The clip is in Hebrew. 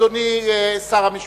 אדוני שר המשפטים.